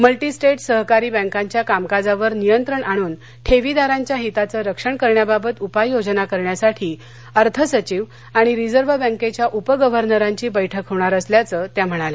multi state सहकारी बँकांच्या कामकाजावर नियंत्रण आणून ठद्वीदारांच्या हिताचं रक्षण करण्याबाबत उपाययोजना करण्यासाठी अर्थसचिव आणि रिजव्ह बँक्ख्या उप गव्हर्नरांची बैठक होणार असल्याचं त्या म्हणाल्या